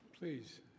Please